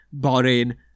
Bahrain